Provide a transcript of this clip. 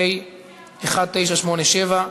פ/1987,